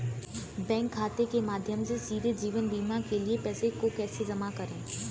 Bank खाते के माध्यम से सीधे जीवन बीमा के लिए पैसे को कैसे जमा करें?